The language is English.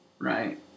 Right